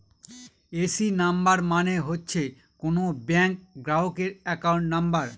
AC number মানে হচ্ছে কোনো ব্যাঙ্ক গ্রাহকের একাউন্ট নাম্বার